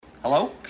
Hello